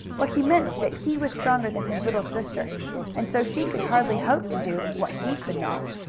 but he meant that he was stronger than his little sister and so she could hardly hope to do what he could not.